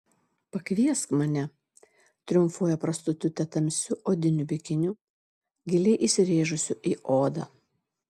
pakviesk mane triumfuoja prostitutė tamsiu odiniu bikiniu giliai įsirėžusiu į odą